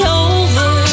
over